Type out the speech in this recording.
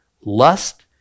lust